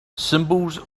symbols